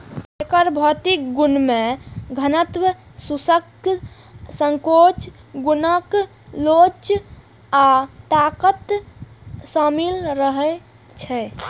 एकर भौतिक गुण मे घनत्व, शुष्क संकोचन गुणांक लोच आ ताकत शामिल रहै छै